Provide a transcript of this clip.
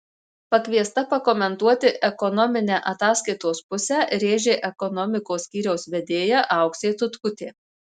pakviesta pakomentuoti ekonominę ataskaitos pusę rėžė ekonomikos skyriaus vedėja auksė tutkutė